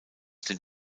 den